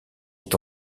est